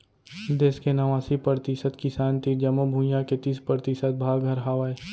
देस के नवासी परतिसत किसान तीर जमो भुइयां के तीस परतिसत भाग हर हावय